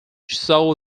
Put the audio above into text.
saw